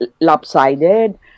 lopsided